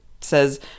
says